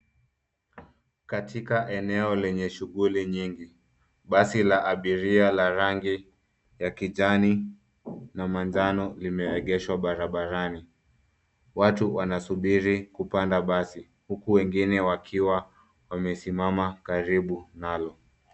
Katika eneo lenye shughuli nyingi, basi la abiria la rangi ya kijani na manjano limeegeshwa barabarani. Watu wanasubiri kupanda basi, huku wengine wakiwa wamesimama karibu nalo.